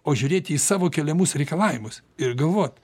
o žiūrėti į savo keliamus reikalavimus ir galvot